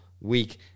week